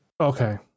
Okay